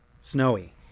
Snowy